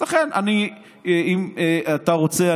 אם אתה רוצה,